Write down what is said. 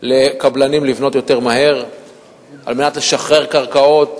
לקבלנים לבנות יותר מהר כדי לשחרר קרקעות.